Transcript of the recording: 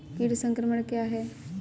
कीट संक्रमण क्या है?